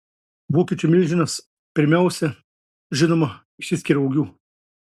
vokiečių milžinas pirmiausia žinoma išsiskiria ūgiu